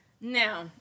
Now